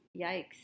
Yikes